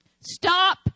Stop